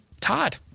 Todd